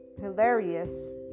hilarious